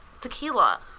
tequila